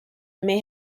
may